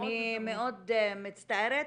אני מאוד מצטערת,